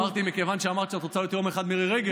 אמרתי שמכיוון שאמרת שאת רוצה להיות יום אחד מירי רגב,